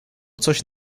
coś